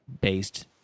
based